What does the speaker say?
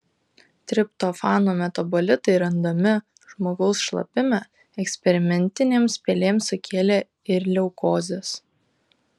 triptofano metabolitai randami žmogaus šlapime eksperimentinėms pelėms sukėlė ir leukozes